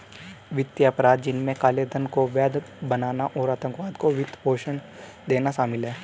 वित्तीय अपराध, जिनमें काले धन को वैध बनाना और आतंकवाद को वित्त पोषण देना शामिल है